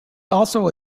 also